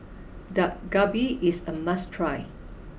Dak Galbi is a must try